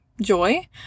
joy